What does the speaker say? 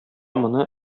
моны